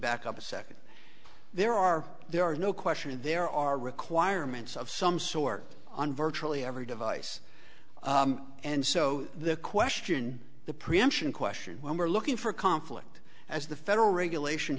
back up a second there are there is no question there are requirements of some sort on virtually every device and so the question the preemption question when we're looking for conflict as the federal regulation